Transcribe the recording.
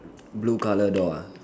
blue colour door ah